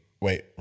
wait